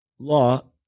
law